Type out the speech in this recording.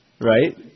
right